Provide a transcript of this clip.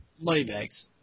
Moneybags